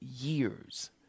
years